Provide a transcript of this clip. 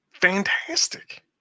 fantastic